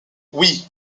oui